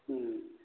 ହୁଁ